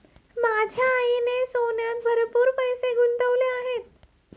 माझ्या आईने सोन्यात भरपूर पैसे गुंतवले आहेत